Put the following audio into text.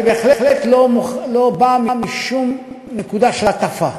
אני בהחלט לא בא משום נקודה של הטפה,